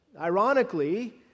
Ironically